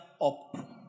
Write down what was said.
up